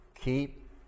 keep